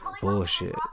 Bullshit